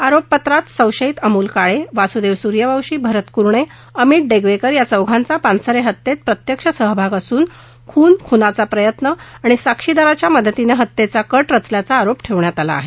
आरोपपत्रामध्ये संशयित अमोल काळे वासुदेव सूर्यवंशी भरत कुरणे अमित डेगवेकर या चौघांचा पानसरे हत्येमध्ये प्रत्यक्ष सहभाग असून खून खूनाचा प्रयत्न साक्षीदारांच्या मदतीनं हत्येचा कट रचल्याचा आरोप ठेवण्यात आला आहे